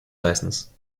license